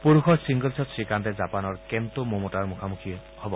পূৰুষৰ ছিংগলছত শ্ৰীকান্তে জাপানৰ কেণ্টো মোমোটাৰ মুখামুখি হব